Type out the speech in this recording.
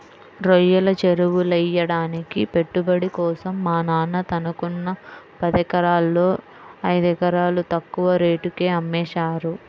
రొయ్యల చెరువులెయ్యడానికి పెట్టుబడి కోసం మా నాన్న తనకున్న పదెకరాల్లో ఐదెకరాలు తక్కువ రేటుకే అమ్మేశారు